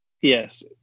yes